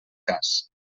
cas